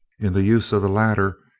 in the use of the latter,